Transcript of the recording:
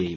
എയും